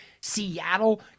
Seattle